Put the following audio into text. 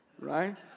Right